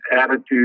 attitude